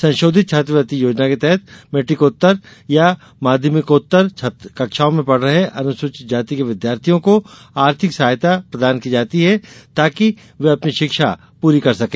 संशोधित छात्रवृत्ति योजना के तहत मैट्रिकोत्तर या माध्यमिकोत्तर कक्षाओं में पढ़ रहे अनुसूचित जाति के विद्यार्थियों को आर्थिक सहायता दी जाती है ताकि वे अपनी शिक्षा पूरी कर सके